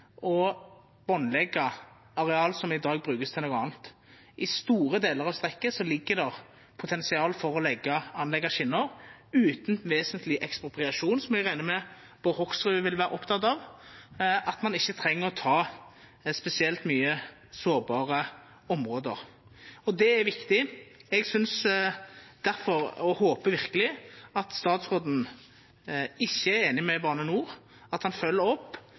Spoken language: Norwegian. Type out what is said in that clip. areal som i dag vert brukt til noko anna. I store delar av strekket ligg det potensial for å leggja skjener utan vesentleg ekspropriasjon, som eg reknar med Bård Hoksrud vil vera oppteken av, slik at ein ikkje treng å ta spesielt mykje av sårbare område. Det er viktig, og eg håpar difor verkeleg at statsråden ikkje er einig med Bane NOR, at han følgjer opp.